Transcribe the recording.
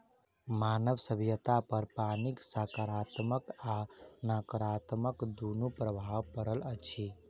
मानव सभ्यतापर पानिक साकारात्मक आ नाकारात्मक दुनू प्रभाव पड़ल अछि